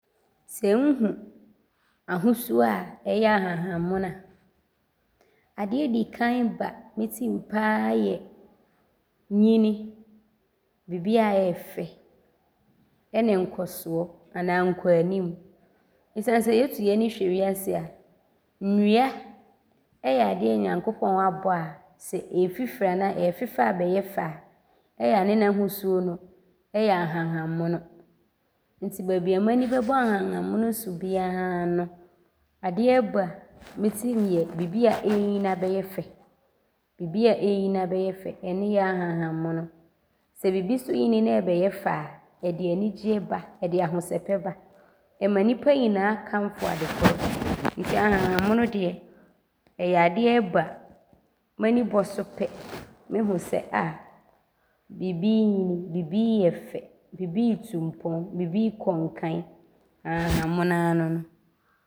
Sɛ nhu ahosuo a ɔyɛ ahahammono a, adeɛ a ɔdi kan ba ntim pa ara yɛ nyini, bibi a ɔɔfɛ ɔne nkɔsoɔ anaa nkɔanim esiane sɛ yɛto yɛ ani wiase a, nnua yɛ adeɛ a Nyankopɔn abɔ a sɛ ɔɔfifiri anaa ɔɔfefɛ abɛyɛ fɛ a, ɔyɛ a ne n’ahosuo no yɛ ahahammono nti baabi a m’ani bɛbɔ ahahammono so biaa no, adeɛ a ɔba me tim yɛ bibi a ɔɔnyini abɛyɛ fɛ. Bibi a ɔɔnyini abɛyɛ fɛ ne yɛ ahahammono. Sɛ bibi so nyini na ɔbɛyɛ fɛ a, ɔde anigyeɛ ba, ɔde ahosɛpɛ ba. Ɔma nnipa nyinaa kamfo adekorɔ no nti ahahammono deɛ, m’ani bɔ so pɛ, nhu sɛ bibi renyini, bibi reyɛ fɛ, bibi retu mpɔn, bibi rekɔ nkan nti ahahammono ara nono.